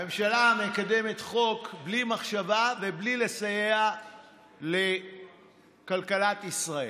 הממשלה מקדמת חוק בלי מחשבה ובלי לסייע לכלכלת ישראל.